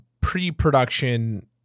pre-production